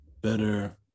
better